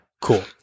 Cool